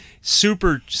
super